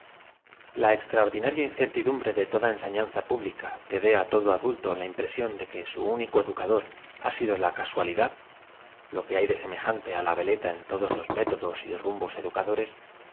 extraordinaria incertidumbre de toda enseñau za pública que dé á todo adulto la impreaióo de que su úalco educador ha sido la casualidad lo que hay de semejante la veleta ea todos los métodos y rum